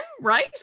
right